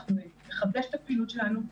אנחנו נחדש את הפעילות שלנו.